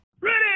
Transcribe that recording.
Ready